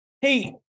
hey